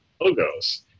logos